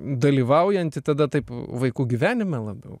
dalyvaujanti tada taip vaikų gyvenime labiau